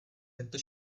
tento